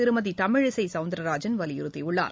திருமதிதமிழிசைசவுந்திரராஜன் வலியுறுத்தியுள்ளார்